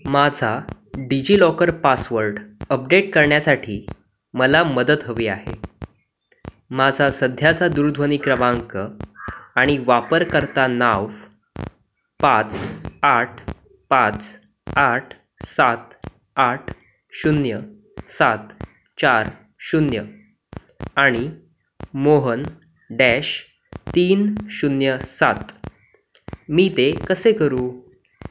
माझा DigiLocker password update करण्यासाठी मला मदत हवी आहे माझा सध्याचा दूरध्वनी क्रमांक आणि वापरकर्ता नाव पाच आठ पाच आठ सात आठ शून्य सात चार शून्य आणि मोहन डॅश तीन शून्य सात मी ते कसे करू